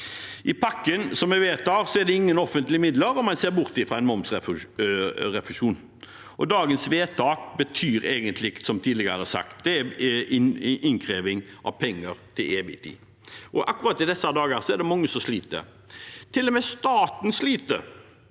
I pakken vi vedtar, er det ingen offentlige midler, om man ser bort fra en momsrefusjon. Dagens vedtak betyr egentlig, som tidligere sagt, innkreving av penger til evig tid. Akkurat i disse dager er det mange som sliter. Til og med staten sliter.